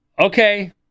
okay